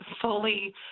fully